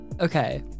Okay